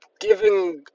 giving